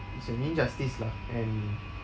it's an injustice lah and